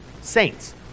saints